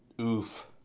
Oof